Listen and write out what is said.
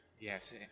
Yes